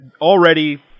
already